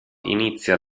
inizia